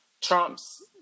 Trump's